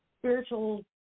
spiritual